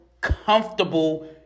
comfortable